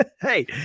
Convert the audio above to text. Hey